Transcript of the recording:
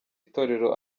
itorero